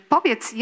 Powiedz